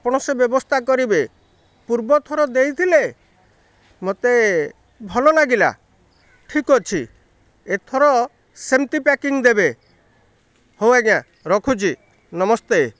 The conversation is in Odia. ଆପଣ ସେ ବ୍ୟବସ୍ଥା କରିବେ ପୂର୍ବଥର ଦେଇଥିଲେ ମୋତେ ଭଲ ଲାଗିଲା ଠିକ୍ ଅଛି ଏଥର ସେମିତି ପ୍ୟାକିଙ୍ଗ ଦେବେ ହଉ ଆଜ୍ଞା ରଖୁଛି ନମସ୍ତେ